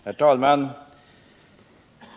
Herr talman!